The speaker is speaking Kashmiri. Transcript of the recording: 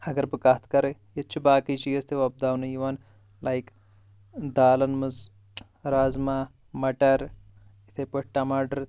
اگر بہٕ کتھ کرٕ ییٚتہِ چھِ باقٕے چیٖز تہِ وۄپداونہٕ یِوان لایک دالن منٛز رازما مٹر اِتھے پٲٹھۍ ٹماٹر